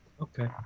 Okay